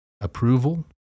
approval